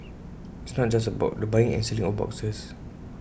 it's not just about the buying and selling of boxes